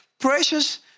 precious